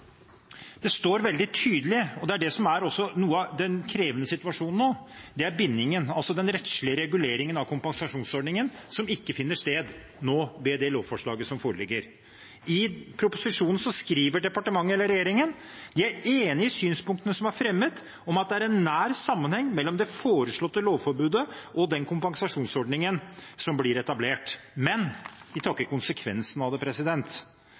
det står veldig tydelig, og det er det som også er noe av det krevende i situasjonen nå: bindingen – den rettslige reguleringen av kompensasjonsordningen, som ikke finner sted nå, ved det lovforslaget som foreligger. I proposisjonen skriver regjeringen at de er enig i de synspunktene som er fremmet, om at det er en nær sammenheng mellom det foreslåtte lovforbudet og den kompensasjonsordningen som blir etablert, men de tar ikke konsekvensene av det.